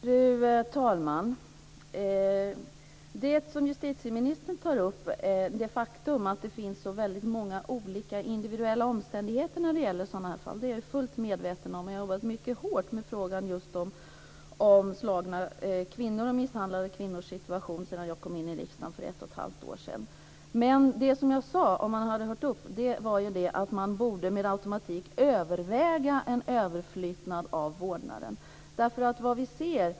Fru talman! Det som justitieministern tar upp, att det finns så många olika individuella omständigheter i sådana här fall, är jag fullt medveten om. Jag har jobbat mycket hårt med frågan om misshandlade kvinnors situation sedan jag kom in i riksdagen för ett och ett halvt år sedan. Men det som jag sade var att man med automatik borde överväga en överflyttning av vårdnaden.